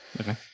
Okay